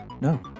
No